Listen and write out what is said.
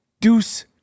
Deuce